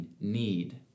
need